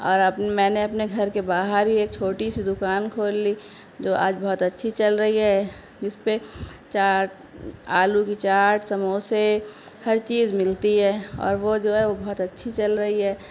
اور اپ میں نے اپنے گھر کے باہر چھوٹی سی دوکان کھول لی جو آج بہت اچھی چل رہی ہے جس پہ چاٹ آلو کی چاٹ سموسے ہر چیز ملتی ہے اور وہ جو ہے وہ بہت اچھی چل رہی ہے